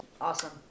Awesome